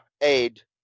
aid